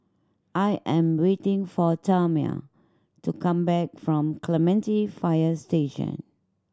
I am waiting for Tamia to come back from Clementi Fire Station